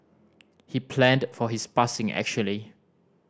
he planned for his passing actually